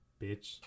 bitch